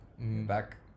Back